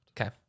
Okay